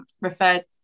referred